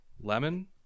lemon